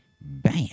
Bam